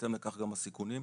ובהתאם לכך גם הסיכונים.